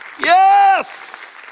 Yes